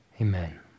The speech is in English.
Amen